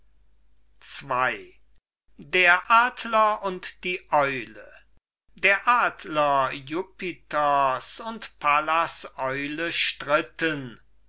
der adler und die eule der adler jupiters und pallas eule stritten